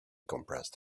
compressed